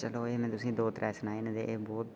entertainment हव होर बी बड़े न पर में तुसें गी दो त्रै गै सनाए न